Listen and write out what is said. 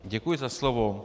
Děkuji za slovo.